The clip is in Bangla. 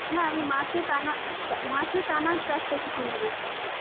না আমি মাসে টানা মাসে টানা চারটে ছুটি নেব